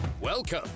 Welcome